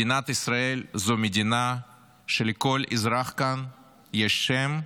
מדינת ישראל זו מדינה שלכל אזרח כאן יש שם,